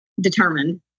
Determined